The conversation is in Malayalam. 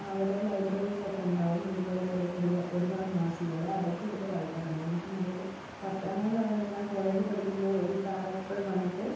അവിടെ ലൈബ്രറിയിലൊക്കെ ഉണ്ടാവും ഇതുപോലുള്ളൊര് ഒരുപാട് മാസികള് അതൊക്കെ എടുത്ത് വായിക്കാറുണ്ടായിരുന്നു പിന്നെ അതുപോലെ പത്രങ്ങൾ എന്ന് പറയുമ്പോൾ ഞാൻ കോളേജിൽ പഠിക്കുമ്പോൾ ഒരു സാറ് എപ്പോഴും വന്നിട്ട്